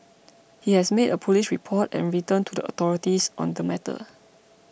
he has made a police report and written to the authorities on the matter